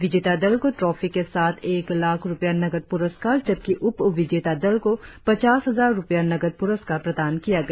विजेता दल को ट्रॉफी के साथ एक लाख रुपया नगद पुरस्कार जबकि उपविजेता दल को पचास हजार रुपया नगद प्रस्कार प्रदान किया गया